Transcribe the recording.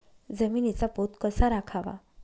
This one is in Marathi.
जमिनीचा पोत कसा राखावा?